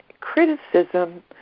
criticism